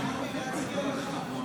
לא וידיאו.